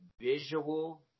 visual